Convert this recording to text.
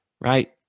right